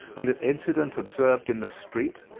and an incident observed in the street,